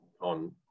on